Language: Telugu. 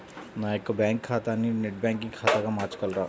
నా యొక్క బ్యాంకు ఖాతాని నెట్ బ్యాంకింగ్ ఖాతాగా మార్చగలరా?